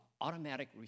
automatic